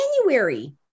January